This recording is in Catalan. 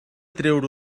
treure